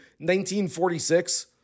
1946